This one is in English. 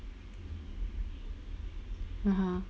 (uh huh)